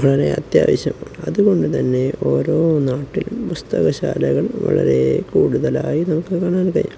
വളരെ അത്യാവശ്യം അതുകൊണ്ടുതന്നെ ഓരോ നാട്ടിലും പുസ്തകശാലകൾ വളരെ കൂടുതലായി നമുക്കു കാണാൻ കഴിയാം